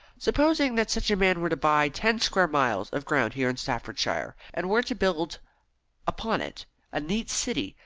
supposing that such a man were to buy ten square miles of ground here in staffordshire, and were to build upon it a neat city,